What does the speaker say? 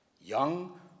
young